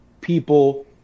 people